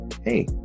Hey